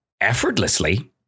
effortlessly